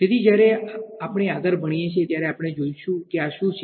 તેથી જ્યારે આપણે આગળ ભણીયે ત્યારે આપણે જોઈશું કે આ શું છે